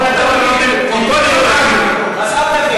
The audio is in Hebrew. אבל אתה מבין ערבית, לא?